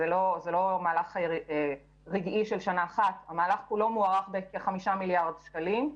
זה לא מהלך רגעי של שנה אחת המהלך כולו מוערך בכחמישה מיליארד שקלים,